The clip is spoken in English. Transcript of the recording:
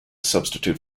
substitute